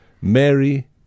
Mary